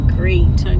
great